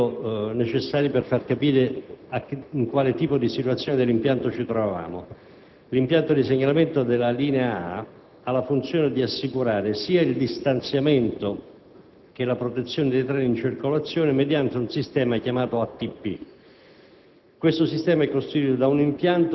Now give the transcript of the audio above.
probabilmente non dicono molto, ma che credo siano comunque necessari per far capire in quale tipo di situazione l'impianto si trovasse. L'impianto di segnalamento della linea A ha la funzione di assicurare sia il distanziamento che la protezione dei treni in circolazione mediante un sistema chiamato ATP.